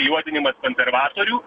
juodinimas konservatorių